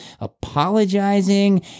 apologizing